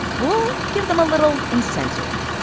we'll give them a little incentive.